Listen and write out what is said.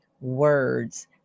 words